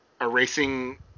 erasing